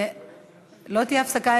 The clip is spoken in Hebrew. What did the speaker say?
תהיה הפסקה, לא תהיה הפסקה.